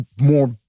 more